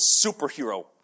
superhero